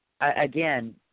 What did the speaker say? Again